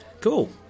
Cool